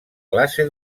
classe